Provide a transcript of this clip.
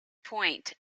point